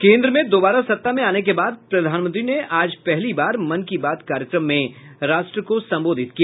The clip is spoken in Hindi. केंद्र में दोबारा सत्ता में आने के बाद प्रधानमंत्री ने आज पहली बार मन की बात कार्यक्रम में राष्ट्र को संबोधित किया